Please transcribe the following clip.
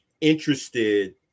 interested